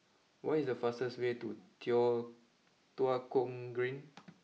what is the fastest way to Tua Kong Green